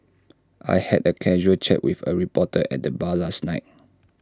I had A casual chat with A reporter at the bar last night